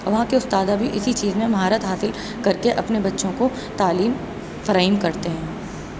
اور وہاں کے استاد بھی اسی چیز میں مہارت حاصل کر کے اپنے بچوں کو تعلیم فراہم کرتے ہیں